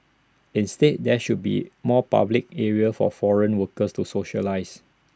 instead there should be more public areas for foreign workers to socialise